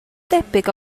debyg